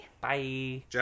Bye